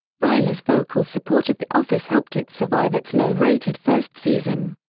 reilly's vocal support of the office helped it survive its low-rated first season.